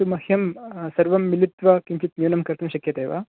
किन्तु मह्यं सर्वं मिलित्वा किञ्चित् न्यूनं कर्तुं शक्यते वा